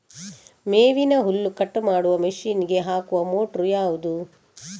ಮೇವಿನ ಹುಲ್ಲು ಕಟ್ ಮಾಡುವ ಮಷೀನ್ ಗೆ ಹಾಕುವ ಮೋಟ್ರು ಯಾವುದು?